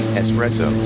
espresso